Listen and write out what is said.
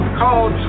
called